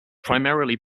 primarily